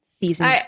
Season